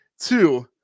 Two